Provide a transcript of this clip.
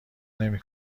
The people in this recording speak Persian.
نمی